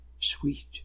sweet